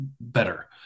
better